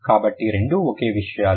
కాబట్టి రెండూ ఒకే విషయాలు